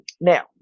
Now